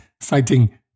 citing